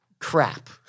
Crap